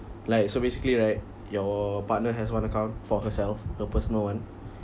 like so basically right your partner has one account for herself her personal one